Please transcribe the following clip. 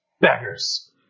beggars